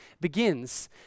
begins